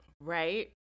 Right